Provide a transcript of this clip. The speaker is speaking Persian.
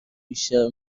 بیشتر